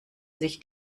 sich